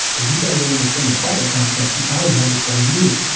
if you guys are in the same apartment complex, you probably have the same unit.